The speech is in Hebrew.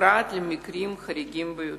פרט למקרים חריגים ביותר.